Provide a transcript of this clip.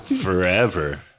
Forever